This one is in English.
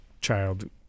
child